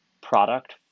product